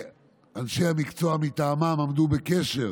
שאנשי המקצוע מטעמם עמדו בקשר